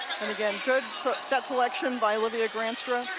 and again good set selection by olivia granstra,